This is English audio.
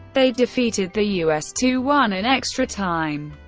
they defeated the us two one in extra time.